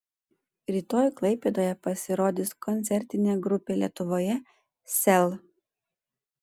rytoj klaipėdoje pasirodys koncertinė grupė lietuvoje sel